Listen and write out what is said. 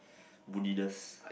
moodiness